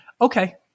Okay